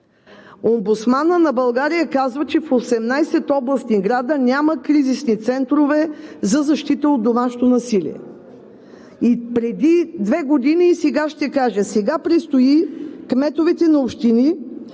Омбудсманът на България казва, че в 18 областни града няма кризисни центрове за защита от домашно насилие. И преди две години, и сега ще кажа: сега предстои кметовете на общини